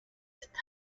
ist